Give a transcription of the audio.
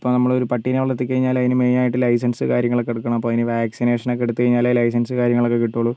ഇപ്പോൾ നമ്മൾ ഒരു പട്ടിനെ വളർത്തിക്കഴിഞ്ഞാൽ അതിനു മെയിൻ ആയിട്ട് ലൈസൻസ് കാര്യങ്ങളൊക്കെ എടുക്കണം അപ്പം അതിന് വാക്സിനേഷൻ ഒക്കെ എടുത്തുകഴിഞ്ഞാലെ ലൈസൻസ് കാര്യങ്ങളൊക്കെ കിട്ടുള്ളൂ